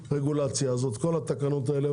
כל הרגולציה והתקנות האלו העלו את המחיר בעשרות אחוזים,